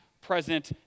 present